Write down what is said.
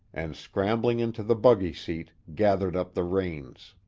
and scrambling into the buggy seat, gathered up the reins.